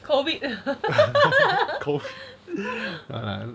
COVID